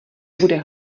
bude